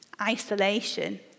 isolation